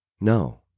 No